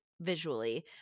visually